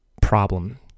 problem